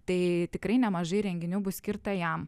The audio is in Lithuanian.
tai tikrai nemažai renginių bus skirta jam